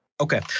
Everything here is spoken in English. Okay